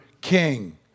king